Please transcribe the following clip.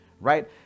right